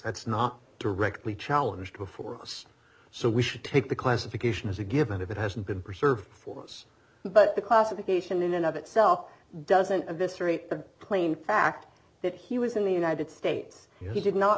that's not directly challenge before us so we should take the classification as a given if it hasn't been preserved force but the classification in and of itself doesn't of this story the plain fact that he was in the united states he did not